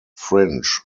fringe